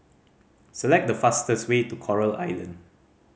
select the fastest way to Coral Island